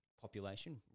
population